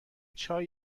چای